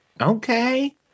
okay